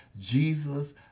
Jesus